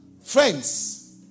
friends